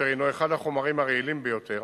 אשר הינו אחד החומרים הרעילים ביותר,